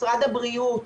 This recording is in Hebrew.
משרד הבריאות,